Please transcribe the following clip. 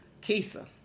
kisa